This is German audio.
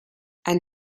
ein